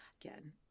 Again